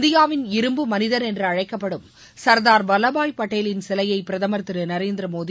இந்தியாவின் இரும்பு மனிதர் என்று அழைக்கப்படும் சர்தார் வல்லபாய் பட்டேலின் சிலையை பிரதமர் திரு நரேந்திர மோடி